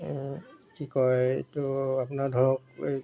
কি কয় এইটো আপোনাৰ ধৰক এই